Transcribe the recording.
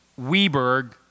Weberg